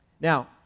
Now